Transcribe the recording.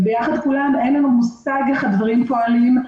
ולכולנו ביחד אין מושג איך הדברים פועלים.